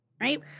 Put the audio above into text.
right